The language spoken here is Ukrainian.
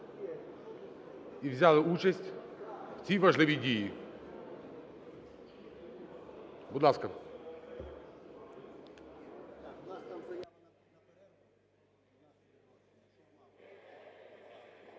і взяли участь в цій важливій дії. Будь ласка.